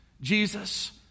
Jesus